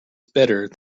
better